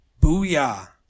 booyah